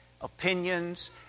opinions